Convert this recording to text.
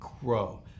grow